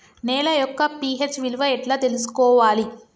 నేల యొక్క పి.హెచ్ విలువ ఎట్లా తెలుసుకోవాలి?